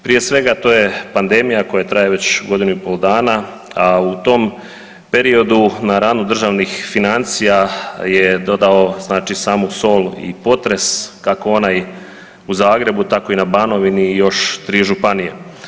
Prije svega, to je pandemija koja traje već godinu i pol dana, a u tom periodu na ranu državnih financija je dodao znači samu sol i potres, kako onaj u Zagrebu, tako i na Banovini i još tri županije.